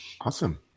awesome